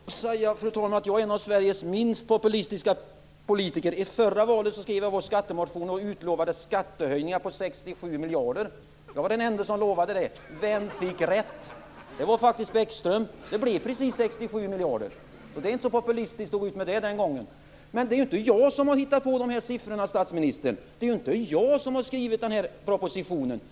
Fru talman! Jag får nog säga att jag är en av Sveriges minst populistiska politiker! Inför förra valet skrev jag i vår skattemotion och utlovade skattehöjningar på 67 miljarder. Jag var den ende som lovade det! Vem fick rätt? Det var faktiskt Bäckström! Det blev precis 67 miljarder. Det var inte populistiskt att gå ut med det den gången. Det är ju inte jag som har hittat på dessa siffror, statsministern. Det är inte jag som har skrivit den här propositionen.